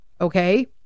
okay